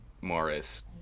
Morris